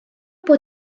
bod